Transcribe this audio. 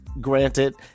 granted